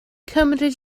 cymryd